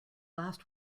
last